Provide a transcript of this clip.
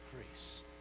increase